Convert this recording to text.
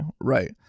Right